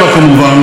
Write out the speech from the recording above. כמובן,